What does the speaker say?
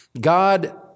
God